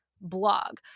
blog